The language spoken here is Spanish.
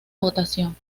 votación